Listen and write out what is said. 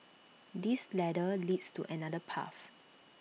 this ladder leads to another path